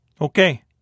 Okay